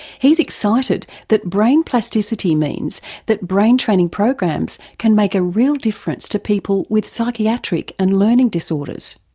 he's excited that brain plasticity means that brain-training programs can make a real difference to people with psychiatric and learning disorders.